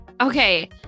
Okay